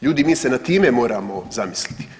Ljudi mi se nad time moramo zamisliti.